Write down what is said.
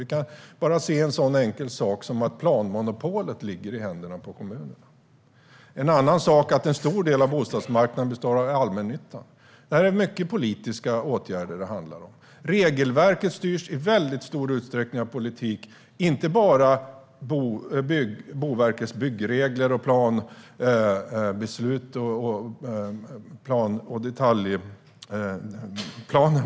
Vi kan bara se på en sådan enkel sak som att planmonopolet ligger i händerna på kommunerna. En annan sak är att en stor del av bostadsmarknaden består av allmännyttan. Det handlar i mycket om politiska åtgärder. Regelverket styrs i stor utsträckning av politik, och inte bara av Boverkets byggregler, beslut och detaljplaner.